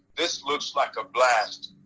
this looks like a blast.